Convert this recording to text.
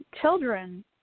children